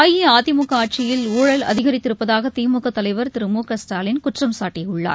அஇஅதிமுக ஆட்சியில் ஊழல் அதிகரித்திருப்பதாக திமுக தலைவர் திரு மு க ஸ்டாலின் குற்றம் சாட்டியுள்ளார்